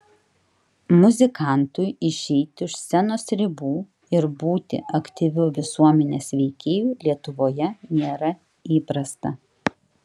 muzikantui išeiti už scenos ribų ir būti aktyviu visuomenės veikėju lietuvoje nėra įprasta